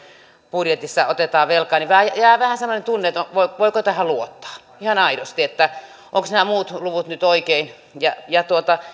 budjetissa otetaan velkaa jää vähän semmoinen tunne että voiko tähän luottaa ihan aidosti ovatko nämä muut luvut nyt oikein